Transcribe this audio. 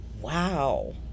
Wow